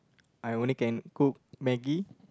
I only can cook maggie